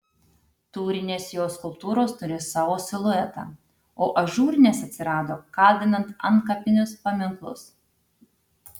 tūrinės jo skulptūros turi savo siluetą o ažūrinės atsirado kaldinant antkapinius paminklus